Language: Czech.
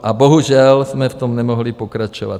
A bohužel jsme v tom nemohli pokračovat.